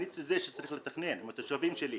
אני זה שצריך לתכנן עם התושבים שלי.